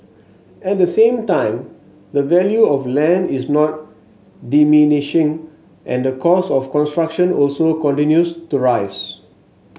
at the same time the value of land is not diminishing and the cost of construction also continues to rise